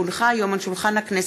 כי הונחו היום על שולחן הכנסת,